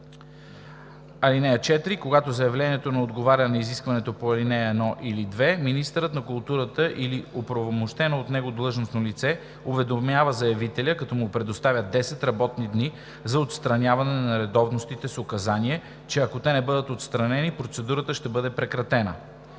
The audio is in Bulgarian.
(4) Когато заявлението не отговаря на изискване по ал. 1 или 2, министърът на културата или оправомощено от него длъжностно лице уведомява заявителя, като му предоставя 10 работни дни за отстраняване на нередовностите с указание, че ако те не бъдат отстранени, процедурата ще бъде прекратена.